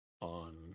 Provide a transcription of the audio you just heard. on